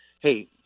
hey